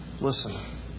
Listen